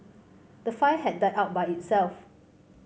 the fire had died out by itself